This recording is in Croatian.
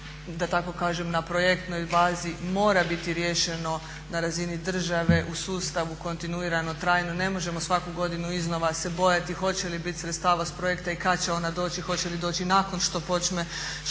da tako kažem na projektnoj bazi, mora biti riješeno na razini države u sustavu kontinuirano, trajno. Ne možemo svaku godinu iznova se bojati hoće li biti sredstava iz projekta i kad će ona doći, hoće li doći nakon što počne